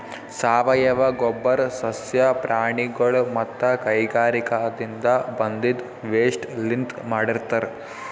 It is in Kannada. ಸಾವಯವ ಗೊಬ್ಬರ್ ಸಸ್ಯ ಪ್ರಾಣಿಗೊಳ್ ಮತ್ತ್ ಕೈಗಾರಿಕಾದಿನ್ದ ಬಂದಿದ್ ವೇಸ್ಟ್ ಲಿಂತ್ ಮಾಡಿರ್ತರ್